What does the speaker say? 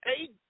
eight